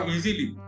Easily